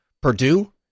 Purdue